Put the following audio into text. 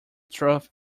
truth